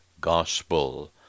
gospel